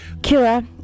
Kira